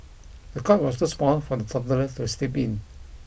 the cot was too small for the toddler to sleep in